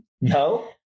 No